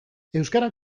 euskara